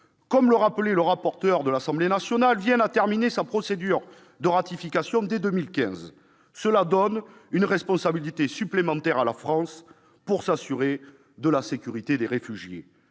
Comme le rappelait le rapporteur de l'Assemblée nationale, Vienne a terminé la procédure de ratification dès 2015. Cela confère une responsabilité supplémentaire à la France pour assurer la sécurité des réfugiés.